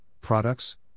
products